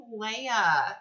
Leia